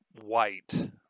white